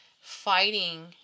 fighting